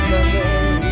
again